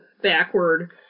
backward